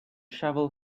shovel